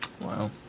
Wow